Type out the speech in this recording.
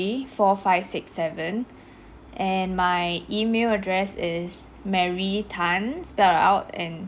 four five six seven and my E-mail address is mary tan spelled out and